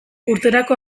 urterako